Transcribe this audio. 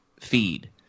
feed